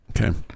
Okay